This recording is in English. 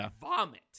vomit